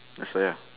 that's why ah